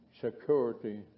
security